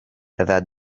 edat